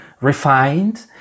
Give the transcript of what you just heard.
refined